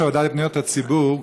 כיושב-ראש הוועדה לפניות הציבור,